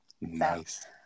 Nice